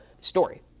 story